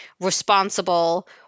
responsible